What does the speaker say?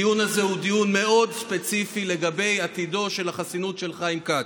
הדיון הזה הוא דיון מאוד ספציפי על עתידה של החסינות של חיים כץ.